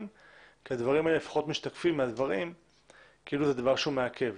כי הדברים האלה משתקפים כאילו זה דבר שזה מעכב.